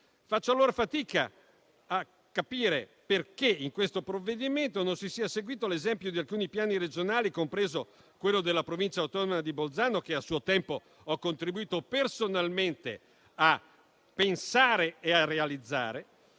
Faccio allora fatica a capire perché, in questo provvedimento, non si sia seguito l'esempio di alcuni piani regionali, compreso quello della Provincia autonoma di Bolzano (che a suo tempo ho contribuito personalmente a pensare e a realizzare),